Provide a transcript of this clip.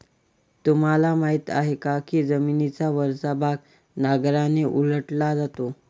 तुम्हाला माहीत आहे का की जमिनीचा वरचा भाग नांगराने उलटला जातो?